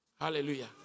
Hallelujah